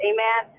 Amen